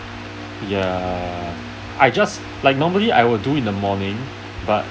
ya I just like normally I would do in the morning but